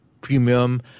premium